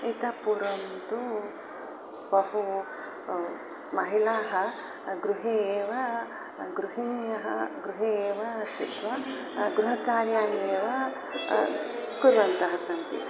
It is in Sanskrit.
इतः पूर्वं तु बहु महिलाः गृहे एव गृहिण्यः गृहे एव स्थित्वा गृहकार्याण्येव कुर्वत्यः सन्ति